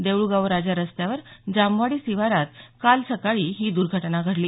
देऊळगाव राजा रस्त्यावर जामवाडी शिवारात काल सकाळी ही दुर्घटना घडली